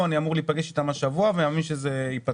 אמור להיפגש איתם השבוע וזה אמור להיפתר.